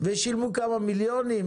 ושילמו כמה מיליונים,